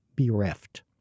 Bereft